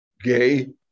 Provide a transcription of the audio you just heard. gay